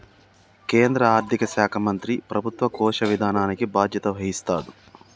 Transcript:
కేంద్ర ఆర్థిక శాఖ మంత్రి ప్రభుత్వ కోశ విధానానికి బాధ్యత వహిస్తాడు